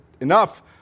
enough